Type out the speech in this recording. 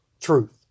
truth